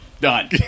Done